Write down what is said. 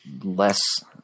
less